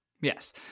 Yes